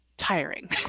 Tiring